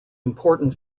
important